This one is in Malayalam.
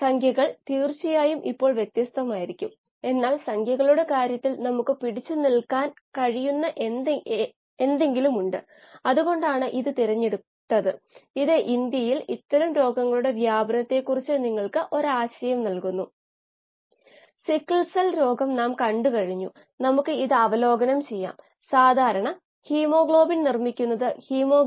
നിങ്ങൾ ഇവിടെ ഓർകേണ്ട കാര്യങ്ങൾലയിച്ച ഓക്സിജൻ പ്രോബ് അതിന്റെ പ്രവർത്തന തത്ത്വം ഒരു ഇലക്ട്രോ കെമിക്കൽ ആണ്